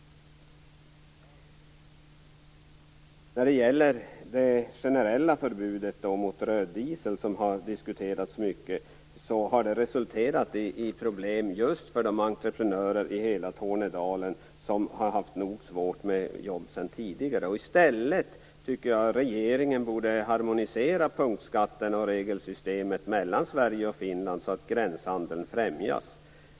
När det gäller det generella förbudet mot röd diesel, som har diskuterats mycket, har det resulterat i problem för just entreprenörer i hela Tornedalen som har haft nog svårt med jobb sedan tidigare. Jag tycker att regeringen i stället borde harmonisera punktskatterna och regelsystemet mellan Sverige och Finland så att gränshandeln främjas.